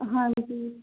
ਹਾਂਜੀ